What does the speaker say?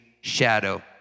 shadow